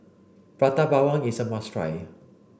Prata Bawang is a must try